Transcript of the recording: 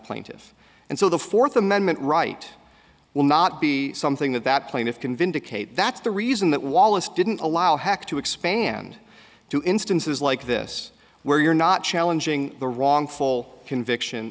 plaintive and so the fourth amendment right will not be something that that plaintiffs convince a case that's the reason that wallace didn't allow hack to expand to instances like this where you're not challenging the wrongful conviction